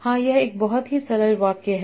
हाँ यह एक बहुत ही सरल वाक्य है